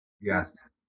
Yes